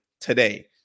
today